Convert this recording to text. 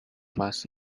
fast